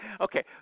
Okay